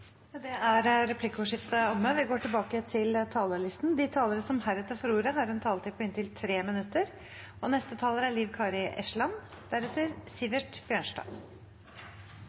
Med det er replikkordskiftet omme. De talere som heretter får ordet, har en taletid på inntil 3 minutter.